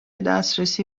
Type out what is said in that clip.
دسترسی